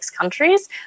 countries